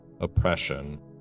oppression